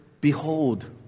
behold